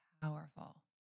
powerful